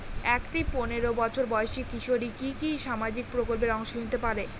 একটি পোনেরো বছর বয়সি কিশোরী কি কি সামাজিক প্রকল্পে অংশ নিতে পারে?